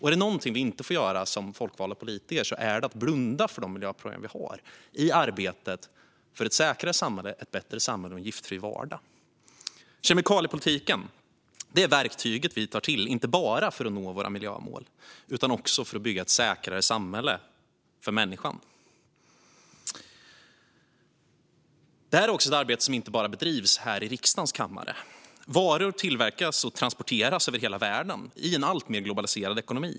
Är det någonting vi som folkvalda politiker inte får göra är det att blunda för de miljöproblem vi har i arbetet för ett säkrare och bättre samhälle och en giftfri vardag. Kemikaliepolitiken är verktyget vi tar till inte bara för att nå våra miljömål utan också för att bygga ett säkrare samhälle för människan. Det här är ett arbete som inte bara bedrivs här i riksdagens kammare. Varor tillverkas och transporteras över hela världen i en alltmer globaliserad ekonomi.